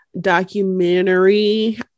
documentary